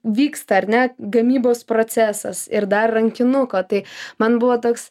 vyksta ar ne gamybos procesas ir dar rankinuko tai man buvo toks